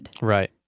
Right